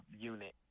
unit